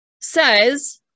says